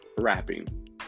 rapping